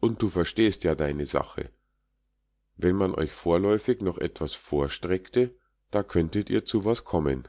und du verstehst ja deine sache wenn man euch vorläufig noch was vorstreckte da könntet ihr zu was kommen